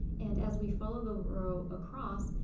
and as we follow the row across,